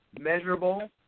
measurable